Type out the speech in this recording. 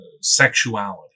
sexuality